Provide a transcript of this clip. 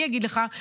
אני אגיד לך,